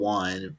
one